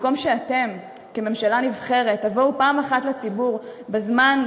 במקום שאתם כממשלה נבחרת תבואו פעם אחת לציבור בזמן,